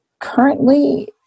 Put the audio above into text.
Currently